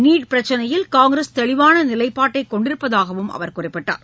NEET பிரச்சினையில் காங்கிரஸ் தெளிவான நிலைப்பாட்டை கொண்டிருப்பதாகவும் அவர் குறிப்பிட்டார்